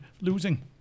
losing